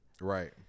Right